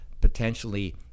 potentially